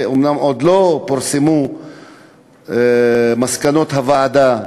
אומנם עוד לא פורסמו מסקנות הוועדה,